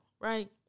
right